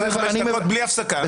אתה מדבר חמש דקות בלי הפסקה.